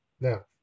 Now